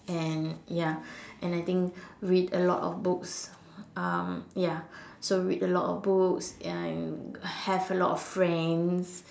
and ya and I think read a lot of books um ya so read a lot of books and have a lot of friends